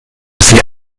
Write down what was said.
sie